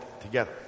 together